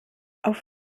auf